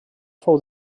fou